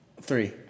Three